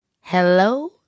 Hello